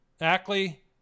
Ackley